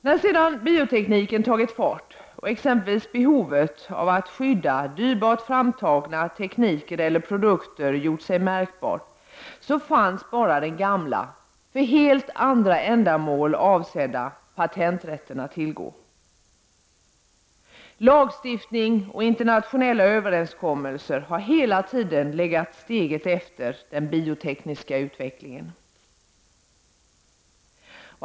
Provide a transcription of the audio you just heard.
När biotekniken tagit fart och exempelvis behovet av att skydda dyrbart framtagna tekniker eller produkter gjort sig märkbart fanns bara den gamla, för andra ändamål avsedda, patenträtten att tillgå. Lagstiftning och internationella överenskommelser har hela tiden legat steget efter den biotekniska utvecklingen.